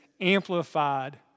amplified